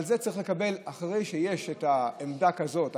אחרי שיש עמדה כזאת,